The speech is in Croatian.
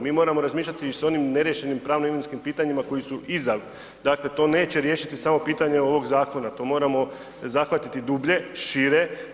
Mi moramo razmišljati s onim neriješenim pravno-imovinskim pitanjima koji su iza dakle, to neće riješiti samo pitanje ovog zakona, to moramo zahvatiti dublje, šire.